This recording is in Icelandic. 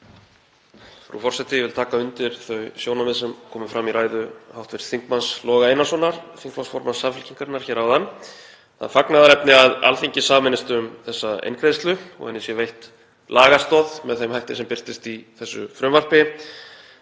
Það er fagnaðarefni að Alþingi sameinist um þessa eingreiðslu og henni sé veitt lagastoð með þeim hætti sem birtist í þessu frumvarpi.